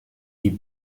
die